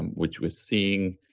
which we're seeing,